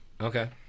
Okay